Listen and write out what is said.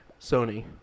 Sony